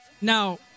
Now